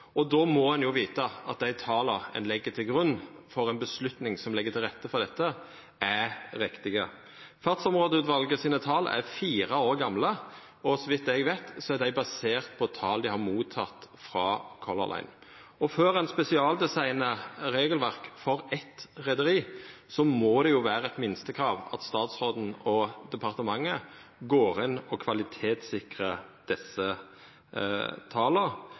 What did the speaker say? Då må ein vita at dei tala som ein legg til grunn for eit vedtak som legg til rette for dette, er riktige. Tala til Fartsområdeutvalet er fire år gamle, og så vidt eg veit, er dei baserte på tal dei har fått frå Color Line. Før ein spesialdesignar regelverk for eitt reiarlag, må det vera eit minstekrav at statsråden og departementet går inn og kvalitetssikrar desse tala,